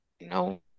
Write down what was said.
no